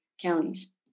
counties